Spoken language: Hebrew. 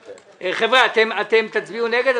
חבר'ה, אתם תצביעו נגד?